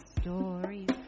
stories